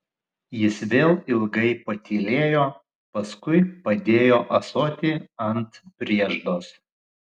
jis vėl ilgai patylėjo paskui padėjo ąsotį ant prieždos